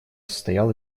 стоял